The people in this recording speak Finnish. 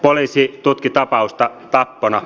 poliisi tutki tapausta tappona